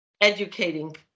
educating